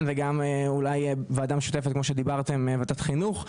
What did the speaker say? ואולי גם לוועדה משותפת עם ועדת החינוך,